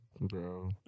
Bro